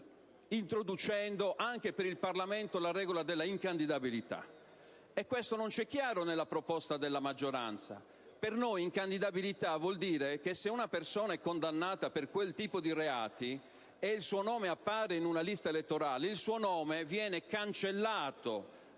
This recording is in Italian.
introdurre, anche per il Parlamento, la regola della incandidabilità. Questo non è chiaro nella proposta della maggioranza. Per noi incandidabilità vuol dire che se una persona è condannata per quel tipo di reati e il suo nome appare in una lista di candidati, il suo nome deve essere cancellato